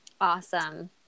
Awesome